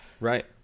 Right